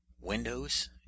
Windows